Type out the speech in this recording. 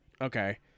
Okay